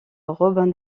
robin